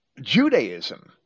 Judaism